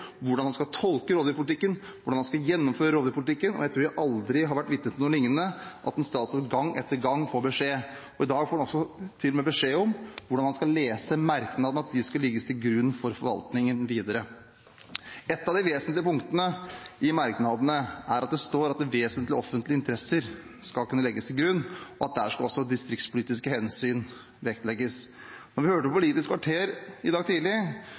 hvordan man skal tolke rovdyrpolitikken, hvordan man skal gjennomføre rovdyrpolitikken. Jeg tror aldri jeg har vært vitne til noe lignende – at en statsråd gang etter gang får beskjed. I dag får han til og med beskjed om hvordan man skal lese merknadene, at de skal ligge til grunn for forvaltningen videre. Et av de vesentlige punktene i merknadene er at vesentlige offentlige interesser skal kunne legges til grunn, og at der skal også distriktspolitiske hensyn vektlegges. Det vi hørte på Politisk kvarter i dag tidlig,